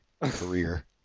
career